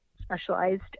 specialized